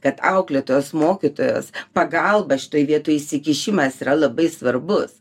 kad auklėtojos mokytojos pagalba šitoj vietoj įsikišimas yra labai svarbus